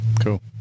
Cool